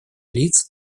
лиц